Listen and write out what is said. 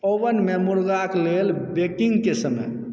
oven मे मुर्गाक लेल बेकिङ्ग के समय